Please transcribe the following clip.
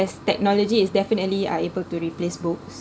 as technology is definitely are able to replace books